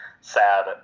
sad